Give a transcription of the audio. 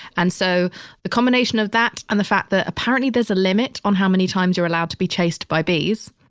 and so the combination of that and the fact that apparently there's a limit on how many times you're allowed to be chased by bees.